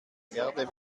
erde